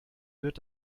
wird